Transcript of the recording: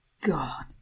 God